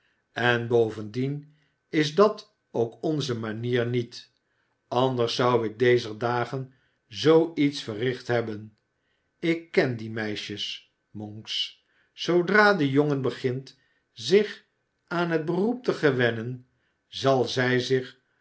en bovendien is dat ook onze manier niet anders zou ik dezer dagen zoo iets verricht hebben ik ken die meisjes monks zoodra de jongen begint zich aan het beroep te gewennen zal zij zich